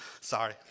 Sorry